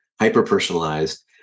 hyper-personalized